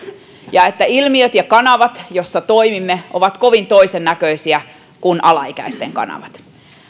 ja että ilmiöt ja kanavat joissa toimimme ovat kovin toisen näköisiä kuin alaikäisten kanavat